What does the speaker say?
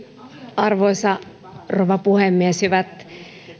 arvoisa rouva puhemies hyvät